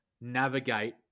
navigate